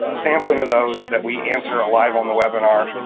ah sampling of those that we answer ah live on the webinar.